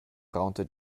raunte